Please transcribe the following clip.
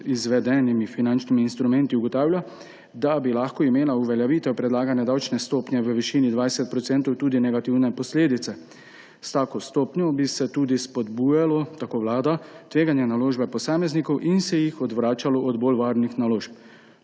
izvedenimi finančnimi instrumenti, ugotavlja, da bi lahko imela uveljavitev predlagane davčne stopnje v višini 20 % tudi negativne posledice. S tako stopnjo bi se tudi spodbujalo, tako Vlada, tvegane naložbe posameznikov in se jih odvračalo od bolj varnih naložb,